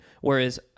Whereas